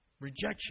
Rejection